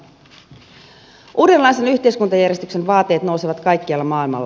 uudenlaisen yhteiskuntajärjestyksen vaateet nousevat kaikkialla maailmalla